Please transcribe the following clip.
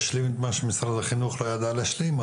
תשלים את מה שמשרד החינוך לא ידע להשלים,